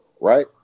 right